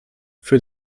für